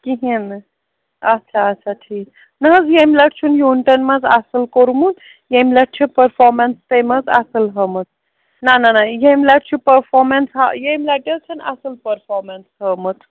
کِہیٖنۍ نہٕ اَچھا اَچھا ٹھیٖک نہٕ حظ ییٚمۍ لَٹہِ چھُن یوٗنِٹَن منٛز اَصٕل کوٚرمُت ییٚمہِ لَٹہِ چھِ پٔرفامٮ۪نٕس تٔمۍ حظ اَصٕل ہٲومٕژ نَہ نَہ نَہ ییٚمۍ لَٹہِ چھُ پٔرفامٮ۪نٕس ہا ییٚمۍ لَٹہِ حظ چھَن اَصٕل پٔرفامٮ۪نٕس ہٲومٕژ